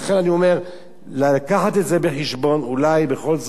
להביא את זה בחשבון, אולי בכל זאת להיטיב עמם.